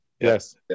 Yes